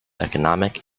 economic